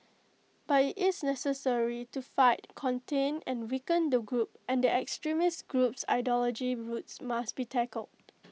but IT is necessary to fight contain and weaken the group and the extremist group's ideology roots must be tackled